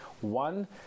One